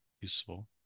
useful